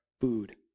food